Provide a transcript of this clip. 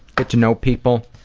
get to know people.